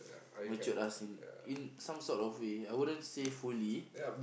matured us in in some sort of way I wouldn't say fully